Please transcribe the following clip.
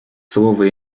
слово